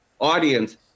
audience